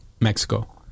Mexico